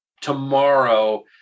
tomorrow